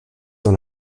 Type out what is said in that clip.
dans